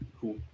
cool